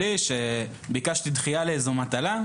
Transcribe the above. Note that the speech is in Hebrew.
ביקשתי דחייה למטלה,